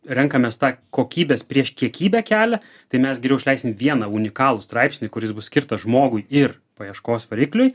renkamės tą kokybės prieš kiekybę kelią tai mes išleisim vieną unikalų straipsnį kuris bus skirtas žmogui ir paieškos varikliui